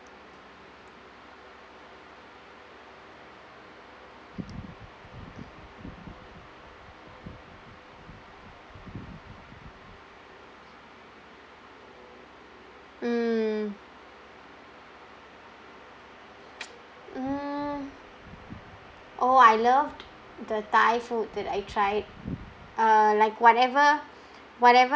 mm mm oh I loved the thai food that I tried uh like whatever whatever